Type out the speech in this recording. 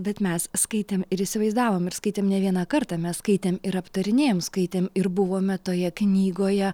bet mes skaitėm ir įsivaizdavom ir skaitėm ne vieną kartą mes skaitėm ir aptarinėjom skaitėm ir buvome toje knygoje